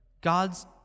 God's